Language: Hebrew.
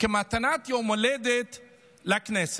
כמתנת יום הולדת לכנסת.